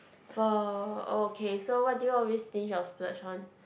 for okay so what do you always stinge or splurge on